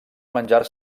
menjar